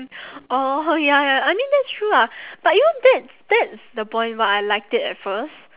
oh ya ya I mean that's true lah but you know that's that's the point why I liked it at first